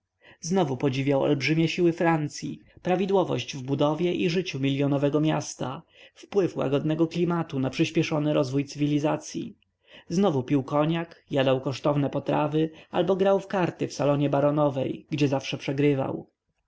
znowu podziwiał olbrzymie siły francyi prawidłowość w budowie i życiu milionowego miasta wpływ łagodnego klimatu na przyśpieszony rozwój cywilizacyi znowu pił koniak jadał kosztowne potrawy albo grał w karty w salonie baronowej gdzie zawsze przegrywał